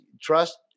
trust